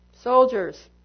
soldiers